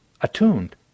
attuned